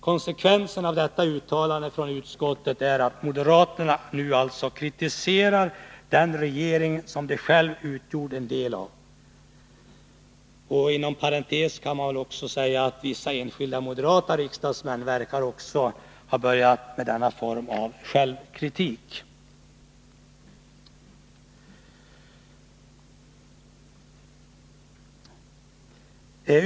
Konsekvensen av detta uttalande från utskottet är att moderaterna nu alltså kritiserar den regering som de själva utgjorde en del av. Inom parentes kan jag säga att också vissa enskilda moderata riksdagsmän verkar ha börjat med denna form av självkritik.